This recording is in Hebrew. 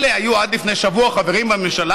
אלה היו עד לפני שבוע חברים בממשלה.